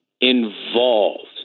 involved